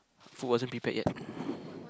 food wasn't prepared yet